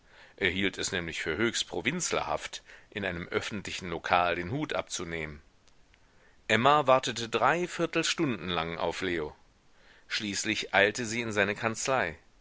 hielt es nämlich für höchst provinzlerhaft in einem öffentlichen lokal den hut abzunehmen emma wartete drei viertelstunden lang auf leo schließlich eilte sie in seine kanzlei